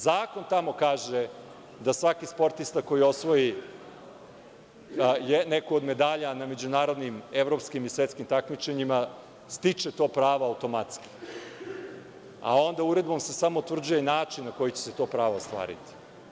Zakon tamo kaže da svaki sportista koji osvoji neku od medalja na međunarodnim, evropskim i svetskim takmičenjima stiče to pravo automatski, a onda uredbom se samo utvrđuje način na koji će se to pravo ostvariti.